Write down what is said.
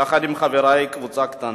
יחד עם חברי, קבוצה קטנה.